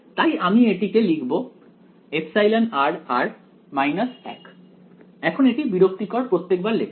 তাই আমি এটিকে লিখবো εr 1 এখন এটি বিরক্তিকর প্রত্যেকবার লেখা